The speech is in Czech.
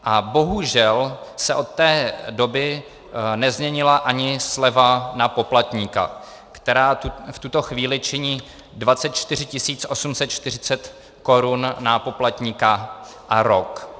A bohužel se od té doby nezměnila ani sleva na poplatníka, která v tuto chvíli činí 24 840 korun na poplatníka a rok.